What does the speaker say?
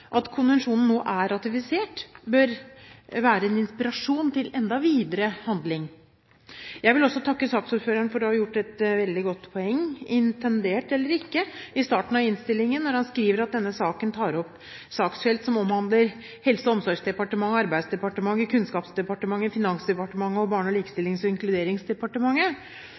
At konvensjonen nå er ratifisert, bør være en inspirasjon til enda videre handling. Jeg vil også takke saksordføreren for et veldig godt poeng, intendert eller ikke, i starten av innlegget, når han sier at denne saken tar opp saksfelt som omhandler Helse- og omsorgsdepartementet, Arbeidsdepartementet, Kunnskapsdepartementet, Finansdepartementet og Barne-, likestillings- og inkluderingsdepartementet.